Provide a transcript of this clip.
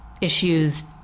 issues